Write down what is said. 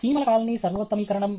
చీమల కాలనీ సర్వోత్తమీకరణం